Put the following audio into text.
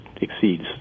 exceeds